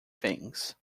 things